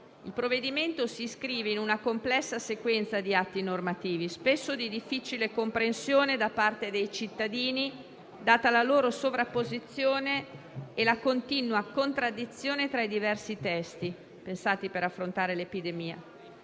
Il provvedimento si inscrive in una complessa sequenza di atti normativi, spesso di difficile comprensione da parte dei cittadini, data la loro sovrapposizione e la continua contraddizione tra i diversi testi pensati per affrontare l'epidemia.